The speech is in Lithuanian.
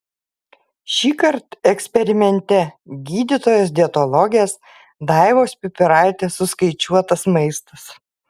šįkart eksperimente gydytojos dietologės daivos pipiraitės suskaičiuotas maistas